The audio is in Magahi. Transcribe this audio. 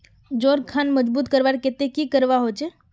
जोड़ खान मजबूत करवार केते की करवा होचए?